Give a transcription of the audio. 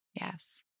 Yes